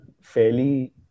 fairly